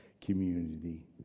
community